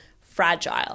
fragile